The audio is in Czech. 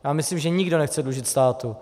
Já myslím, že nikdo nechce dlužit státu.